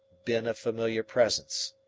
been a familiar presence.